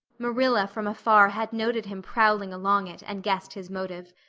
marilla from afar had noted him prowling along it and guessed his motive.